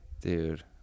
dude